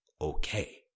okay